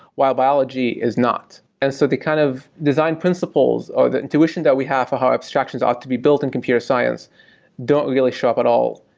while biology is not. and so the kind of design principles or the intuition that we have how abstractions are to be built in computer science don't really show up at all,